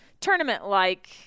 tournament-like